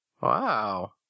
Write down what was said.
Wow